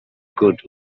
good